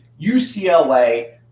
UCLA